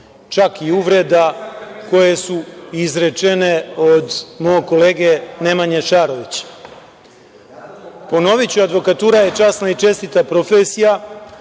čak i uvreda koje su izrečene od mog kolege Nemanje Šarovića. Ponoviću, advokatura je časna i čestita profesija,